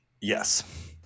Yes